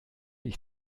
ich